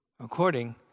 According